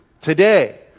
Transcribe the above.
today